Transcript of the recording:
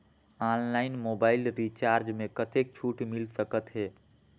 Online mobile recharge मे कतेक छूट मिल सकत हे?